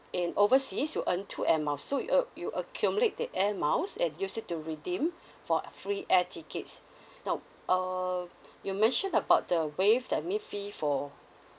in overseas you'll earn two air miles so you ac~ you accumulate the air miles and use it to redeem for free air tickets now uh you mention about the waived admin fee for